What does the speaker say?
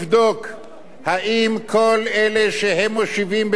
אם כל אלה שהם מושיבים בעולמה של תורה